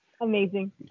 Amazing